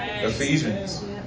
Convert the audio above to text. Ephesians